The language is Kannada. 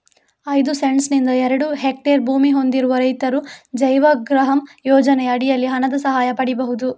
ಐದು ಸೆಂಟ್ಸ್ ನಿಂದ ಎರಡು ಹೆಕ್ಟೇರ್ ಭೂಮಿ ಹೊಂದಿರುವ ರೈತರು ಜೈವಗೃಹಂ ಯೋಜನೆಯ ಅಡಿನಲ್ಲಿ ಹಣದ ಸಹಾಯ ಪಡೀಬಹುದು